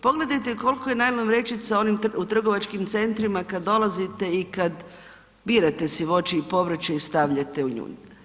Pogledajte koliko je najlon vreća u onim trgovačkim centrima kad dolazite i kad birate si voće i povrće i stavljate u nju.